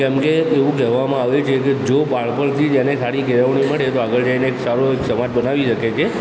કેમ કે એવું કહેવામાં આવે છે કે જો બાળપણથી જ એને સારી કેળવણી મળે તો આગળ જઇને સારો એક સમાજ બનાવી શકે છે